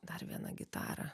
dar viena gitara